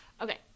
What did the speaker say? Okay